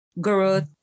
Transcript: growth